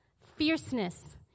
fierceness